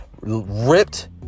ripped